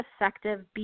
effective